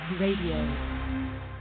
Radio